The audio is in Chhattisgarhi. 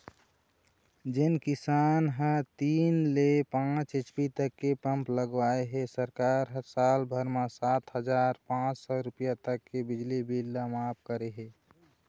जेन किसान ह तीन ले पाँच एच.पी तक के पंप लगवाए हे सरकार ह साल भर म सात हजार पाँच सौ रूपिया तक के बिजली बिल ल मांफ करे हे